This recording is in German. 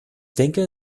denke